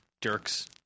dirks